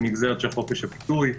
נגזרת של חופש הביטוי,